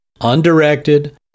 undirected